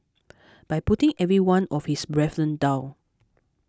by putting every one of his brethren down